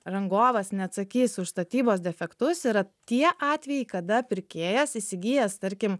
rangovas neatsakys už statybos defektus yra tie atvejai kada pirkėjas įsigijęs tarkim